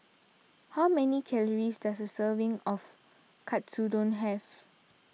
how many calories does a serving of Katsudon have